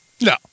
No